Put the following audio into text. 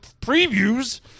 previews